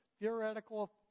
theoretical